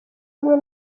rumwe